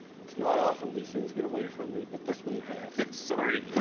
it's not often these things get away from me but this one has. sorry.